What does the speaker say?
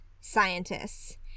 scientists